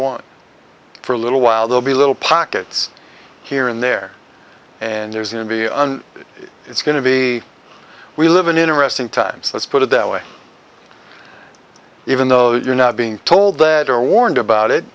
want for a little while they'll be little pockets here and there and there's nobody on it it's going to be we live in interesting times let's put it that way even though you're not being told that or warned about it